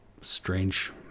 strange